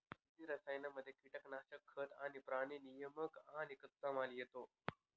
शेती रसायनांमध्ये कीटनाशक, खतं, प्राणी नियामक आणि कच्चामाल येतो